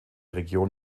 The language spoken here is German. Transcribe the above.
region